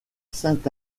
saint